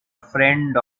friend